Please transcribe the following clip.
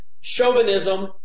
chauvinism